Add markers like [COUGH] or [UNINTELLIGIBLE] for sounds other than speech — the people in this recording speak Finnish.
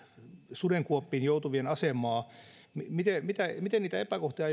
sudenkuoppiin joutuvien asemaa miten niitä epäkohtia [UNINTELLIGIBLE]